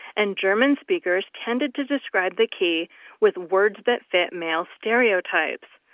and german speakers tended to describe the key with words that fit male stereotypes,